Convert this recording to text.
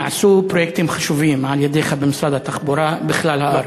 נעשו פרויקטים חשובים על-ידיך במשרד התחבורה בכלל הארץ,